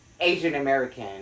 Asian-American